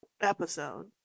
episode